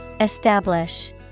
Establish